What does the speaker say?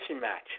match